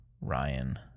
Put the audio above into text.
Ryan